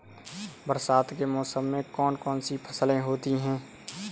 बरसात के मौसम में कौन कौन सी फसलें होती हैं?